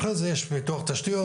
אחרי זה יש פיתוח תשתיות,